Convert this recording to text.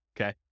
okay